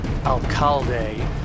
Alcalde